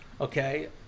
Okay